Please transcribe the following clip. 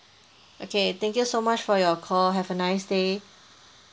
okay thank you so much for your call have a nice day